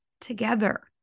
together